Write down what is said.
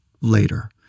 later